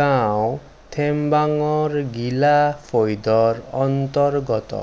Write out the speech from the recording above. গাঁও থেমবাঙৰ গীলা ফৈদৰ অন্তৰ্গত